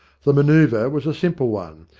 the manceuvre was a simple one,